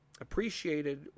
appreciated